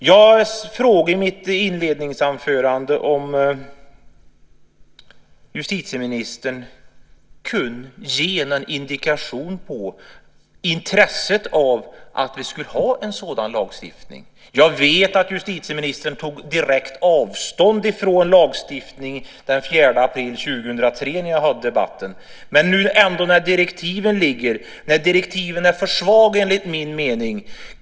Jag frågade i mitt inledningsanförande om justitieministern kunde ge någon indikation i fråga om intresset av att ha en sådan lagstiftning. Jag vet att justitieministern tog direkt avstånd från lagstiftning den 4 april 2003 när vi hade en debatt. Men nu ligger ändå direktiven, och direktiven är enligt min mening för svaga.